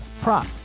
prop